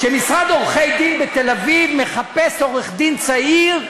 שמשרד עורכי-דין בתל-אביב מחפש עורך-דין צעיר,